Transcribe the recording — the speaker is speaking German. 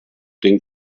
den